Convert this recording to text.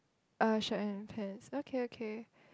a shirt and pants okay okay